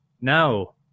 now